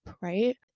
right